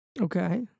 Okay